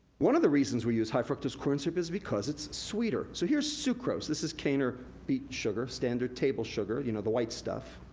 one of the reasons we use high fructose corn syrup is because it's sweeter. so here's sucrose, this is cane or beet sugar, standard table sugar, you know, the white stuff,